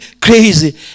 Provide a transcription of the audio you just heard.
crazy